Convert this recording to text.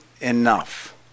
enough